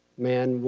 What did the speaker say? man,